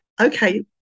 Okay